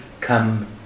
come